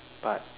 but